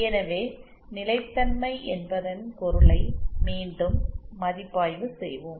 எனவே நிலைத்தன்மை என்பதன் பொருளை மீண்டும் மதிப்பாய்வு செய்வோம்